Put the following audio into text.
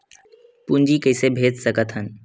पूंजी कइसे भेज सकत हन?